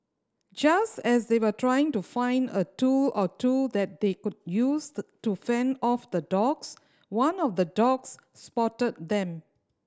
just as they were trying to find a tool or two that they could used to fend off the dogs one of the dogs spotted them